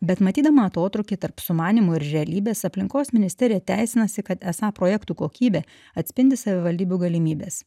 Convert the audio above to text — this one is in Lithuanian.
bet matydama atotrūkį tarp sumanymo ir realybės aplinkos ministerija teisinasi kad esą projektų kokybė atspindi savivaldybių galimybes